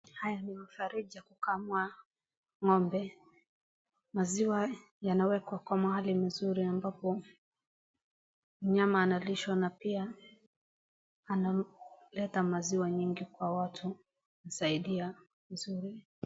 Haya ni mfarIja wa kukamua ng'ombe. Maziwa yanawekwa kwa mahali nzuri ambapo mnyama analishwa na pia analeta maziwa mengi kwa watu kusaidia vizuri.